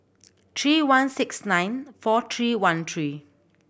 three one six nine four three one three